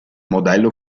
modello